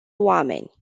oameni